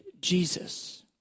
Jesus